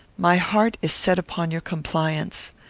my heart is set upon your compliance.